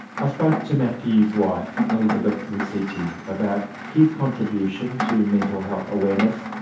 i spoke to matthew's wife elizabeth rusiti about his contribution to mental health awareness,